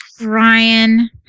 Ryan